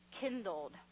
kindled